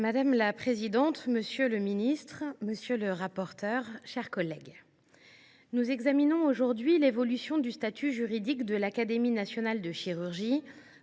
Madame la présidente, monsieur le ministre, mes chers collègues, nous examinons aujourd’hui l’évolution du statut juridique de l’Académie nationale de chirurgie,